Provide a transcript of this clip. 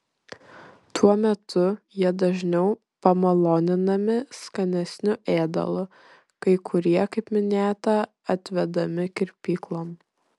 tuo metu jie dažniau pamaloninami skanesniu ėdalu kai kurie kaip minėta atvedami kirpyklon